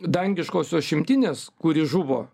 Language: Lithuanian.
dangiškosios šimtinės kuri žuvo